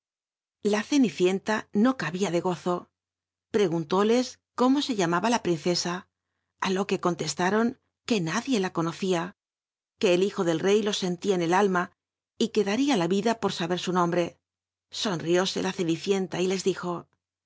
la renirirota no rabia de gozo pr unhíles climo llama ha la jlrinrc a ú lo que conlr l lron que nadie la onocia que el hijo del rey lo sentía en el alma y jih daria la vida por abcr su nomhrc sonl'ióse la cl'nici nlu y les dijo